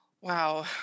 wow